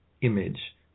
image